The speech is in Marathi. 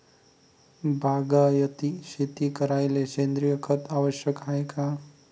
बागायती शेती करायले सेंद्रिय खत आवश्यक हाये का?